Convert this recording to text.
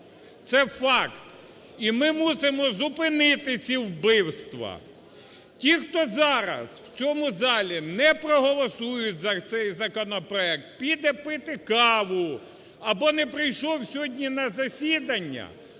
це факт. І ми мусимо зупинити ці вбивства. Ті, хто зараз в цьому залі не проголосують за цей законопроект, піде піти каву або не прийшов сьогодні на засідання,